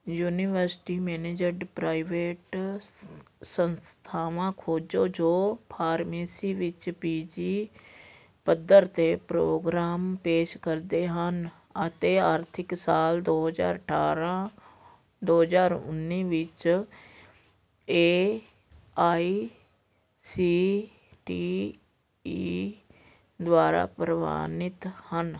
university managed private ਸੰਸਥਾਵਾਂ ਖੋਜੋ ਜੋ ਫਾਰਮੇਸੀ ਵਿੱਚ ਪੀ ਜੀ ਪੱਧਰ ਦੇ ਪ੍ਰੋਗਰਾਮ ਪੇਸ਼ ਕਰਦੇ ਹਨ ਅਤੇ ਆਰਥਿਕ ਸਾਲ ਦੋ ਹਜ਼ਾਰ ਅਠਾਰਾਂ ਦੋ ਹਜ਼ਾਰ ਉੱਨੀ ਵਿੱਚ A I C T E ਦੁਆਰਾ ਪ੍ਰਵਾਨਿਤ ਹਨ